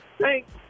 thanks